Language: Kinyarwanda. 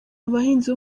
abahinzi